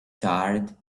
charred